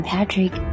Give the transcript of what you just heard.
Patrick